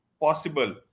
possible